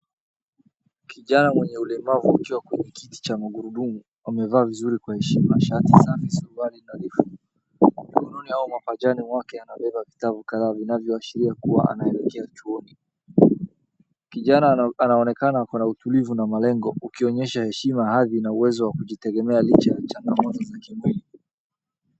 Kijana mwenye ulemavu akiwa kwenye kiti cha magurudumu, amevaa vizuri kwa heshima, shati safi, suruali na vifungu. Kwenye mkononi au mapajani wake anabeba vitabu kadhaa vinavyoashiria kuwa anaelekea chuoni. Kijana anaonekana kuwa na utulivu na malengo, ukionyesha heshima hadhi na uwezo wa kujitegemea licha ya changamoto za kimwili.